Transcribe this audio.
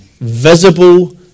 visible